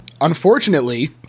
Unfortunately